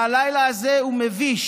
והלילה הזה הוא מביש.